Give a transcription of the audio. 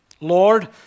Lord